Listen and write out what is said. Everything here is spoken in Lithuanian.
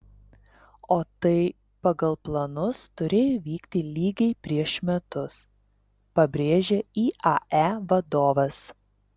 o tai pagal planus turėjo įvykti lygiai prieš metus pabrėžė iae vadovas